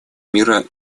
мира